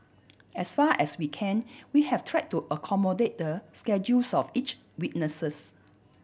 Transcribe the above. as far as we can we have tried to accommodate the schedules of each witness